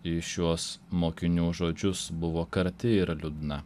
į šiuos mokinių žodžius buvo karti ir liūdna